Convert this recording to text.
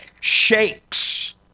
shakes